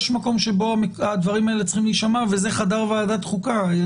יש מקום שבו הדברים האלה צריכים להישמע וזה חדר ועדת חוקה.